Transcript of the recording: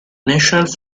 national